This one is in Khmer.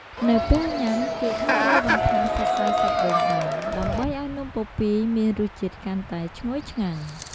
នៅពេលញ៉ាំ គេអាចរោយបន្ថែមសរសៃសាច់ដូងបាន ដើម្បីឲ្យនំពពាយមានរសជាតិកាន់តែឈ្ងុយឆ្ងាញ់។